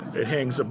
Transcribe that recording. it hangs, um